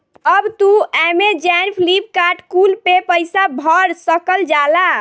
अब तू अमेजैन, फ्लिपकार्ट कुल पे पईसा भर सकल जाला